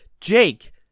Jake